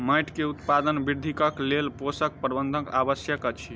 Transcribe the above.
माइट के उत्पादन वृद्धिक लेल पोषक प्रबंधन आवश्यक अछि